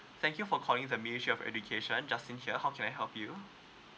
thank you for calling the ministry of education justin here how can I help you